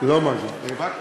לא מרגי, וקנין.